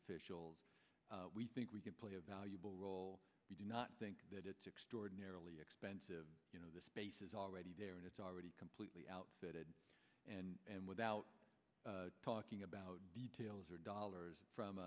officials we think we can play a valuable role we do not think that it's extraordinarily expensive you know the space is already there and it's already completely outfitted and without talking about details or dollars from